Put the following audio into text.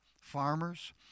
farmers